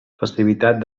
facilitat